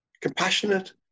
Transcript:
Compassionate